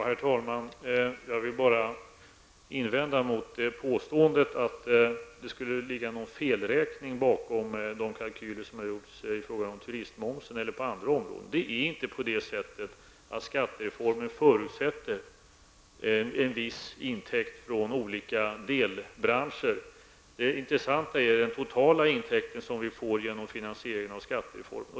Herr talman! Jag vill bara invända mot påståendet att det skulle ligga någon felräkning bakom de kalkyler som gjorts i fråga om turistmomsen eller på andra områden. Det är inte på det sättet att skattereformen förutsätter en viss intäkt från en viss delbransch. Det intressanta är den totala intäkt som vi får genom de åtgärder som utgör finansieringen av skattereformen.